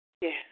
Yes